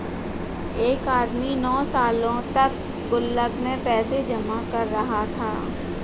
एक आदमी नौं सालों तक गुल्लक में पैसे जमा कर रहा था